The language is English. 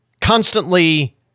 constantly